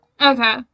Okay